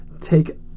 take